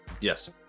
yes